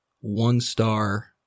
one-star